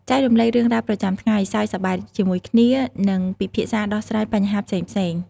ចែករំលែករឿងរ៉ាវប្រចាំថ្ងៃ សើចសប្បាយជាមួយគ្នា និងពិភាក្សាដោះស្រាយបញ្ហាផ្សេងៗ ។